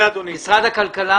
משרד הכלכלה?